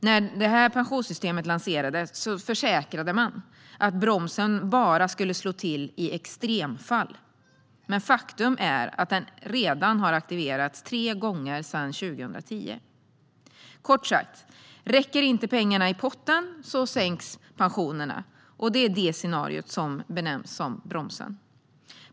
När det här pensionssystemet lanserades försäkrade man att bromsen bara skulle slå till i extremfall, men faktum är att den redan har aktiverats tre gånger sedan 2010. Kort sagt: Om pengarna i potten inte räcker sänks pensionerna, och det är detta scenario som benämns bromsen.